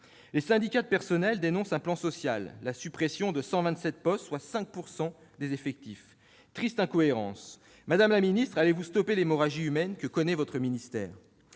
Les syndicats de personnel dénoncent un plan social : la suppression de 127 postes, soit 5 % des effectifs. Triste incohérence ! Allez-vous stopper l'hémorragie humaine que connaît votre ministère ?